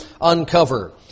uncover